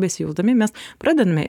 besijausdami mes pradedame